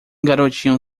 garotinho